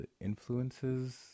Influences